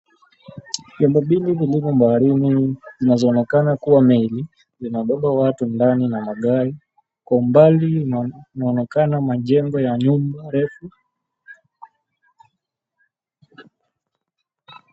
Vyombo mbili vilivyo baharini zinaonekana kuwa meli zinabeba watu ndani na magari. Kwa umbali inaonekana majengo ya nyumba refu.